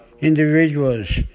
individuals